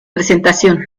presentación